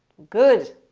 good.